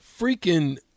Freaking